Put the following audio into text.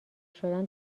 شدن